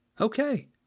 Okay